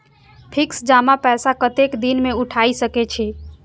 Fix जमा पैसा कतेक दिन में उठाई सके छी?